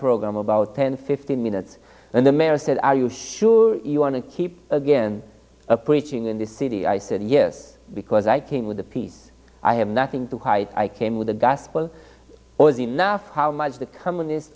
program about ten fifteen minutes and the mayor said are you sure you want to keep again preaching in the city i said yes because i came with the peace i have nothing to hide i came with the gospel was enough how much the com